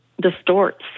distorts